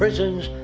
prisons,